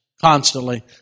constantly